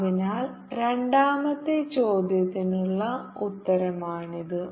അതിനാൽ രണ്ടാമത്തെ ചോദ്യത്തിനുള്ള ഉത്തരമാണിത്